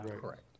correct